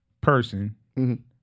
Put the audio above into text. person